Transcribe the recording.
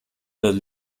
los